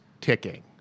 ticking